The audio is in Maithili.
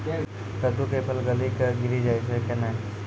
कददु के फल गली कऽ गिरी जाय छै कैने?